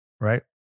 Right